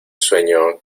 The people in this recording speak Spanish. sueño